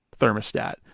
thermostat